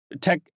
tech